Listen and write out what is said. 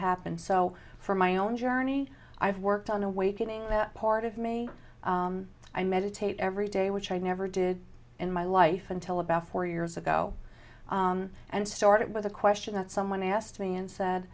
happen so for my own journey i have worked on awakening that part of me i meditate every day which i never did in my life until about four years ago and started with a question that someone asked me and said